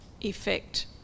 effect